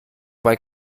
bei